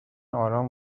آرام